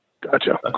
Gotcha